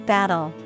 Battle